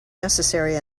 necessary